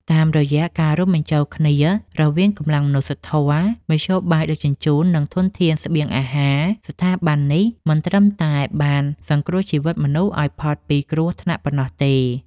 តាមរយៈការរួមបញ្ចូលគ្នារវាងកម្លាំងមនុស្ស មធ្យោបាយដឹកជញ្ជូន និងធនធានស្បៀងអាហារ ស្ថាប័ននេះមិនត្រឹមតែបានសង្គ្រោះជីវិតមនុស្សឱ្យផុតពីគ្រោះថ្នាក់ប៉ុណ្ណោះទេ។